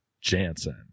Jansen